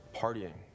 partying